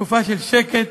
מתקופה של שקט,